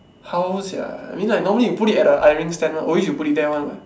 how sia I mean like normally you put it at the ironing stand [one] always you put it there one lah